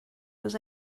was